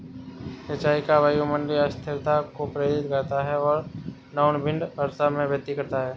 सिंचाई का वायुमंडलीय अस्थिरता को प्रेरित करता है और डाउनविंड वर्षा में वृद्धि करता है